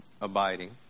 abiding